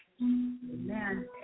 Amen